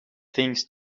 things